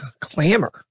Clamor